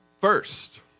first